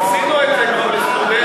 עשינו את זה כבר לסטודנטים.